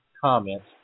comments